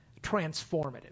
transformative